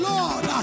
Lord